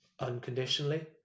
unconditionally